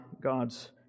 God's